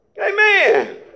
Amen